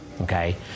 Okay